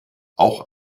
auch